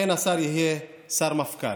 אבל השר יהיה שר-מפכ"ל.